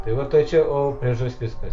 tai va tai čia o priežastis kas